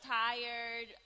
tired